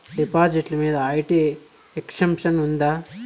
డిపాజిట్లు మీద IT exemption ఉందా?